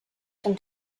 dem